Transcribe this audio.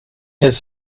his